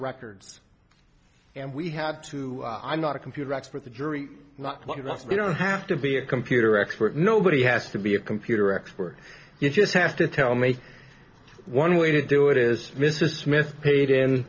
records and we have to i'm not a computer expert the jury you don't have to be a computer expert nobody has to be a computer expert you just have to tell me one way to do it is mrs smith paid in